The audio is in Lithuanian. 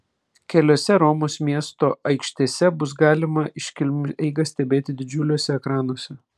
keliose romos miesto aikštėse bus galima iškilmių eigą stebėti didžiuliuose ekranuose